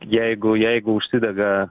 jeigu jeigu užsidega